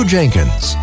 Jenkins